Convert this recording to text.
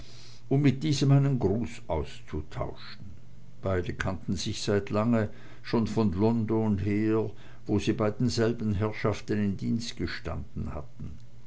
um mit diesem einen gruß auszutauschen beide kannten sich seit lange schon von london her wo sie bei denselben herrschaften in dienst gestanden hatten